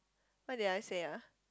what did I say ah